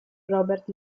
robert